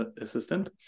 assistant